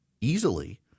easily